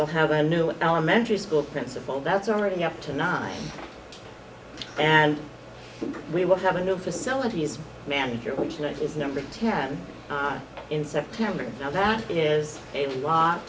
will have a new elementary school principal that's already up to nine and we will have a new facilities manager which is number ten in september now that is a lot